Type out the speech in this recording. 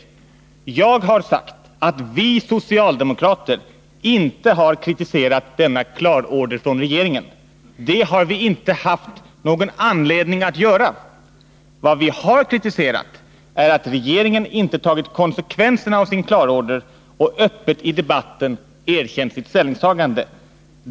165 Jag har sagt att vi socialdemokrater inte har kritiserat denna klarorder från regeringen — det har vi inte haft någon anledning att göra. Vad vi har kritiserat är att regeringen inte tagit konsekvenserna av sin klarorder och öppet i debatten erkänt sitt ställningstagande.